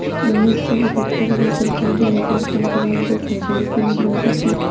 उन्नीस सौ अठहत्तर में सरकार ने हजार, पांच हजार, दस हजार की नोटबंदी की